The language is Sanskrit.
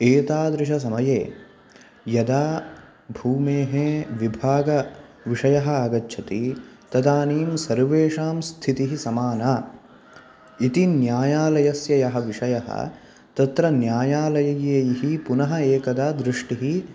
एतादृशसमये यदा भूमेः विभागविषयः आगच्छति तदानीं सर्वेषां स्थितिः समाना इति न्यायालयस्य यः विषयः तत्र न्यायालयैः पुनः एकदा दृष्टिः